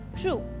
True